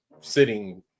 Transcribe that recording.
sitting